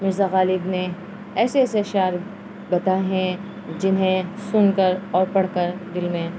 مرزاغالب نے ایسے ایسے اشعار بتائے ہیں جنہیں سن کر اور پڑھ کر دل میں